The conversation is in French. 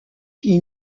qui